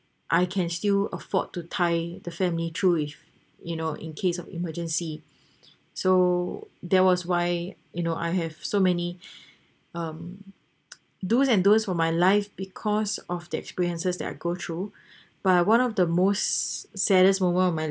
I can still afford to tie the family through if you know in case of emergency so there was why you know I have so many um do's and don't for my life because of that experiences that I go through but one of the most saddest moment of my